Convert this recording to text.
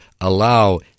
allow